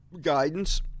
guidance